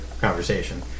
conversation